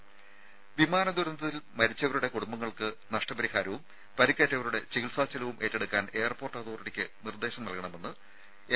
രുമ വിമാന ദുരന്തത്തിൽ മരിച്ചവരുടെ കുടുംബങ്ങൾക്ക് നഷ്ട പരിഹാരവും പരിക്കേറ്റവരുടെ ചികിത്സാ ചെലവും ഏറ്റെടുക്കാൻ എയർപോർട്ട് അതോറിറ്റിക്ക് നിർദ്ദേശം നൽകണമെന്ന് എം